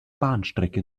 bahnstrecke